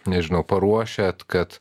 nežinau paruošiat kad